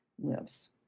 lives